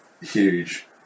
huge